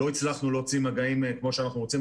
לא הצלחנו להוציא מגעים כמו שאנחנו רוצים,